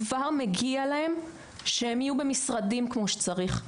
כבר מגיע להם שהם יהיו במשרדים כמו שצריך,